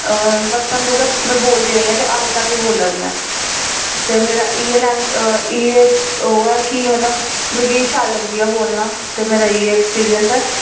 अ बचपन च गै में बोलदी आई आं ते हाली तक बोला दियां ते मेरा इ'यै लैंग्वेज़ इ'यै ओह् ऐ कि मतलब मिगी शैल लगदी ऐ ऐ बोलना ते मेरा इ'यै एक्सपीरियंस ऐ